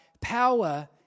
power